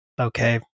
okay